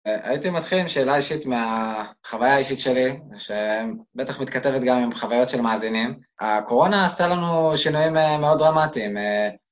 הייתי מתחיל עם שאלה אישית מהחוויה האישית שלי, שבטח מתכתבת גם עם חוויות של מאזינים. הקורונה עשתה לנו שינויים מאוד דרמטיים.